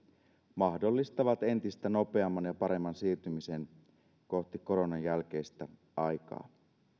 mahdollistavat entistä nopeamman ja paremman siirtymisen kohti koronan jälkeistä aikaa